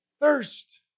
thirst